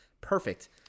perfect